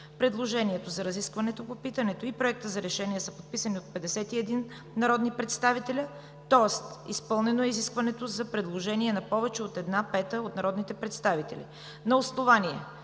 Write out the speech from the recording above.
Предложението за разискването по питането и Проекта за решение са подписани от 51 народни представители, тоест изпълнено е изискването за предложение на повече от една пета от народните представители. На основание